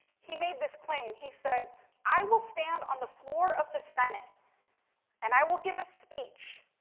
he made this claim, he said i will stand on the floor of the senate and i will give a speech